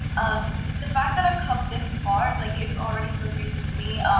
um the fact that i've come this far, like is already so crazy to me. um